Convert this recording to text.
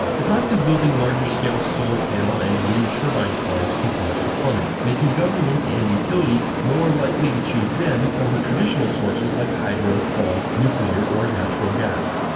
the cost of building larger-scale solar panel and wind turbine farms continues to plummet, making governments and utilities more likely to choose them over traditional sources like hydro, coal, nuclear or natural gas.